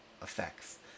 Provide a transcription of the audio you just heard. effects